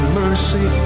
mercy